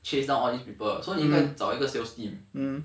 she's not all these people so 你应该找一个 sales team